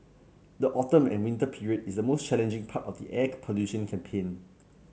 the autumn and winter period is the most challenging part of the air pollution campaign